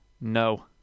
No